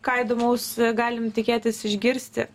ką įdomaus galim tikėtis išgirsti